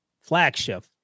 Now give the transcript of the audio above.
flagship